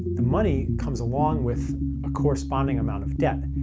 the money comes along with a corresponding amount of debt,